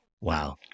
Wow